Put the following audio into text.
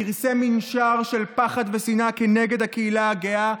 פרסם מנשר של פחד ושנאה כנגד הקהילה הגאה,